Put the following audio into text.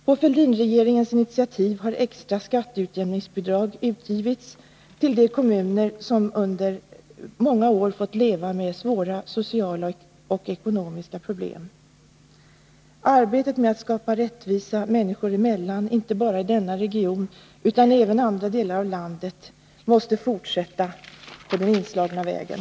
På Fälldinregeringens initiativ har extra skatteutjämningsbidrag utgivits till de kommuner som under många år fått leva med svåra ekonomiska och sociala problem. Arbetet med att skapa rättvisa människor emellan, inte bara i denna region utan även i andra delar av landet, måste fortsättas på den inslagna vägen.